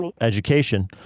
education